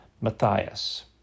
Matthias